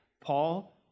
Paul